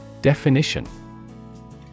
Definition